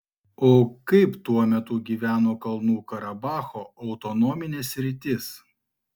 o kaip tuo metu gyveno kalnų karabacho autonominė sritis